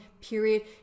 period